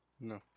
No